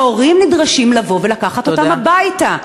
ההורים נדרשים לבוא ולקחת אותם הביתה.